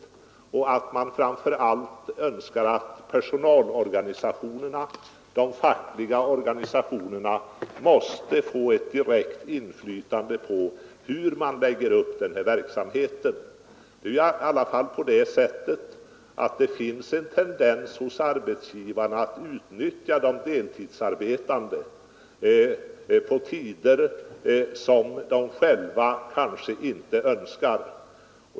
Ett väsentligt önskemål är att de fackliga personalorganisationerna skall få ett direkt inflytande på hur verksamheten läggs upp. Det finns i alla fall en tendens hos arbetsgivarna till att utnyttja de deltidsarbetande på tider som de själva kanske inte önskar.